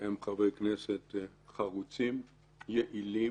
הם חברי כנסת חרוצים, יעילים,